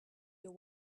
your